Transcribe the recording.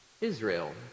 Israel